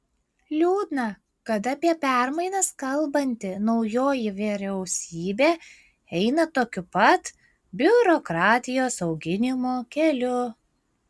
liūdna kad apie permainas kalbanti naujoji vyriausybė eina tokiu pat biurokratijos auginimo keliu